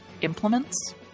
implements